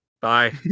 Bye